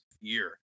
year